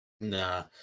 Nah